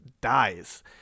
dies